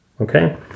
Okay